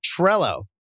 Trello